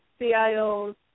CIOs